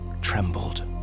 trembled